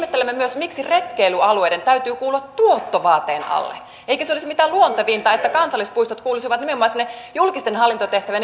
ihmettelemme myös miksi retkeilyalueiden täytyy kuulua tuottovaateen alle eikö se olisi mitä luontevinta että kansallispuistot kuuluisivat nimenomaan sinne julkisten hallintotehtävien